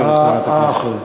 שואלת חברת הכנסת.